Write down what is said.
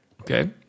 Okay